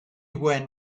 when